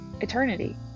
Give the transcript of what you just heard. eternity